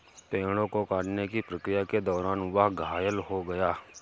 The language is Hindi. पेड़ों को काटने की प्रक्रिया के दौरान वह घायल हो गया